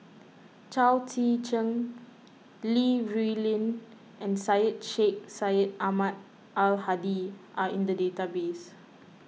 Chao Tzee Cheng Li Rulin and Syed Sheikh Syed Ahmad Al Hadi are in the database